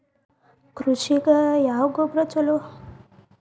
ಕೃಷಿಗ ಯಾವ ಗೊಬ್ರಾ ಛಲೋ?